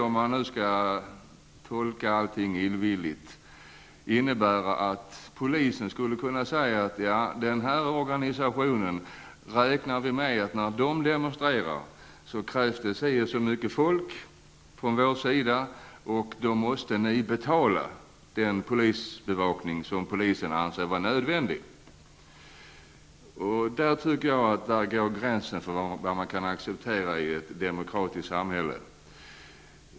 Om man nu skall tolka allting illvilligt, innebär det att polisen skulle kunna säga: När den här organisationen demonstrerar krävs det si och så mycket folk från polisen och därför måste föreningen betala den bevakning som polisen anser vara nödvändig. Där går enligt mening gränsen för vad man kan acceptera i ett demokratiskt samhälle.